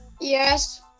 Yes